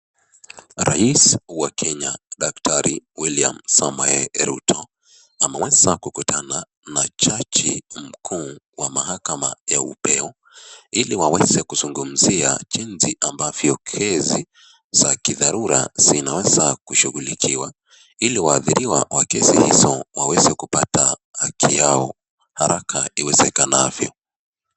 Rais wa Kenya daktari William Samoei Ruto, ameweza kukutana na jaji mkuu wa mahakama ya upeo, ili waweze kuzungumzia jinsi ambavyo kesi za kidharura zinaweza kushughulikiwa, ili waadhiriwa wa kesi hiyo waweze kupata haki yao haraka iwezekanavyo.